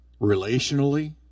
Relationally